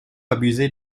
abusé